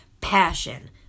passion